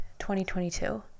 2022